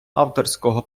авторського